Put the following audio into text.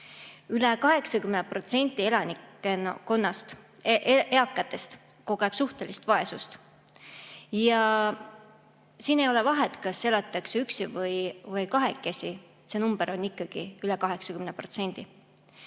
Üle 80% eakatest kogeb suhtelist vaesust. Siin ei ole vahet, kas elatakse üksi või kahekesi, see number on ikkagi üle 80%.Ning